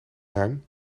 ruim